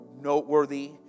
noteworthy